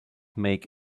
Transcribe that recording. make